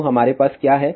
तो हमारे पास क्या है